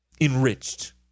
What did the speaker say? enriched